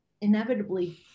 inevitably